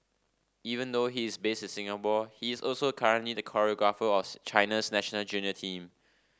even though he is based in Singapore he is also currently the choreographer of China's national junior team